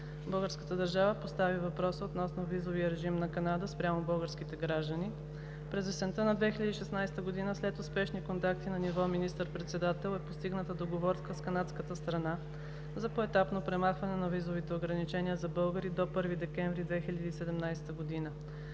Българската държава постави въпроса относно визовия режим на Канада спрямо българските граждани. През есента на 2016 г. след успешни контакти на ниво министър-председател е постигната договорка с канадската страна за поетапно премахване на визовите ограничения за българи от 1 декември 2017 г.